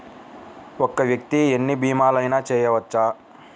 ఒక్క వ్యక్తి ఎన్ని భీమలయినా చేయవచ్చా?